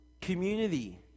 Community